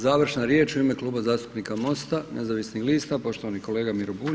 Završna riječ u ime Kluba zastupnika MOST-a nezavisnih lista, poštovani kolega Miro Bulj.